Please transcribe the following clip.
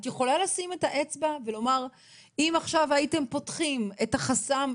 את יכולה לשים רגע את האצבע ולומר לנו 'אם עכשיו הייתם פותחים את החסם',